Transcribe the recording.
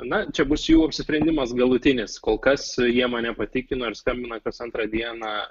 na čia bus jų apsisprendimas galutinis kol kas jie mane patikino ir skambina kas antrą dieną